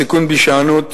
הסיכון בהישענות